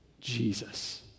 Jesus